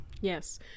Yes